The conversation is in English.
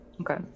Okay